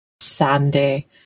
Sandy